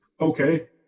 Okay